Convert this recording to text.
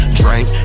drink